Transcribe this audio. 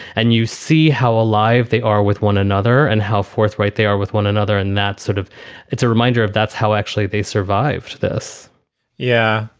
and you see how alive they are with one another and how forthright they are with one another. and that's sort of it's a reminder of that's how actually they survived this yeah,